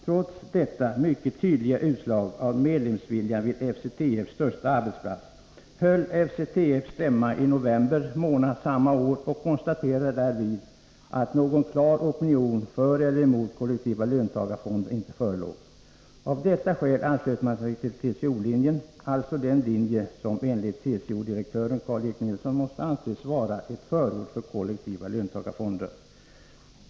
Trots detta mycket tydliga utslag av medlemsviljan vid FCTF:s största arbetsplats, höll FCTF stämma i november månad samma år och ”konstaterade” därvid att någon klar opinion för eller emot kollektiva löntagarfonder inte förelåg. Av detta skäl anslöt man sig till TCO-linjen — alltså den linje som enligt TCO-direktören Karl-Erik Nilsson måste anses vara ett förord för kollektiva löntagarfonder.